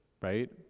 right